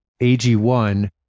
AG1